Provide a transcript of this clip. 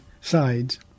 sides